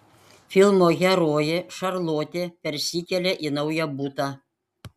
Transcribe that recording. filmo herojė šarlotė persikelia į naują butą